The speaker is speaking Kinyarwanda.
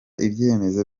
ibyemezo